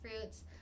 fruits